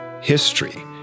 history